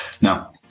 Now